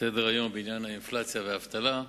לסדר-היום שהוגשו בעניין האינפלציה והאבטלה.